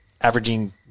averaging